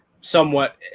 somewhat